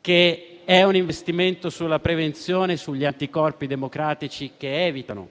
che è un investimento sulla prevenzione e sugli anticorpi democratici che evitano